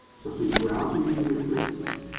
especially browser user interests,